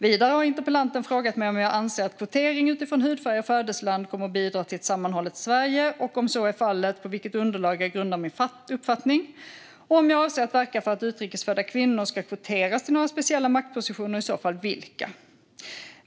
Vidare har interpellanten frågat mig om jag anser att kvotering utifrån hudfärg och födelseland kommer att bidra till ett sammanhållet Sverige och om så är fallet, på vilket underlag jag grundar min uppfattning och om jag avser att verka för att utrikes födda kvinnor ska kvoteras till några speciella maktpositioner och i så fall, vilka.